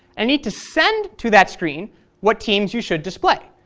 i need to send to that screen what teams you should display.